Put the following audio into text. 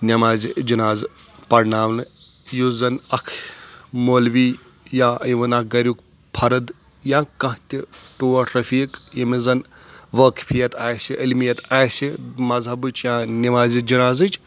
نمازِ جِنازٕ پرناونہٕ یُس زن اکھ مولوی یا یِوان اکھ گریُک فرد یا کانٛہہ تہِ ٹوٹھ رفیٖق ییٚمِس زن وٲقفیت آسہِ علمیت آسہِ مذہبٕچ یا نمازِ جنازٕچ